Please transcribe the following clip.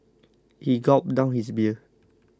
he gulped down his beer